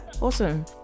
awesome